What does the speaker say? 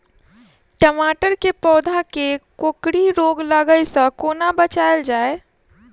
टमाटर केँ पौधा केँ कोकरी रोग लागै सऽ कोना बचाएल जाएँ?